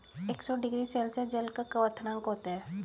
एक सौ degree Celsius जल का क्वथनांक होता है